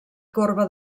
corba